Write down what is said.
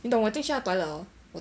你懂我进去它的 toilet hor